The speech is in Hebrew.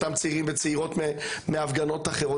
אותם צעירים וצעירות מהפגנות אחרות,